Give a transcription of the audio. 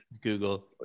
google